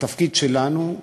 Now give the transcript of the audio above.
התפקיד שלנו,